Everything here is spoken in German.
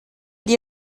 die